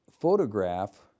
photograph